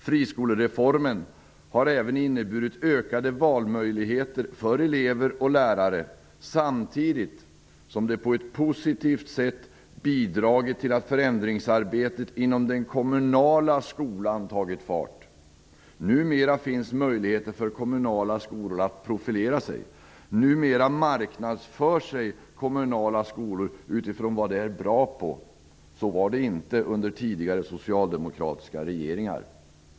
Friskolereformen har även inneburit ökade valmöjligheter för elever och lärare samtidigt som den positivt bidragit till att förändringsarbetet inom den kommunala skolan tagit fart. Numera finns möjligheter för kommunala skolor att profilera sig. Numera marknadsför sig kommunala skolor utifrån vad de är bra på. Så var det inte under tidigare socialdemokratiska regeringar.